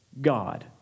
God